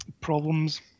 problems